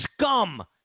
scum